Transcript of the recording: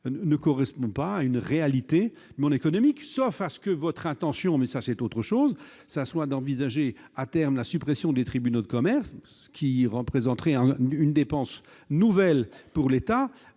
ne correspond pas à une réalité économique. Sauf si votre intention- ce serait autre chose -est d'envisager à terme la suppression des tribunaux de commerce, ce qui représenterait une dépense nouvelle pour l'État.